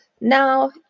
now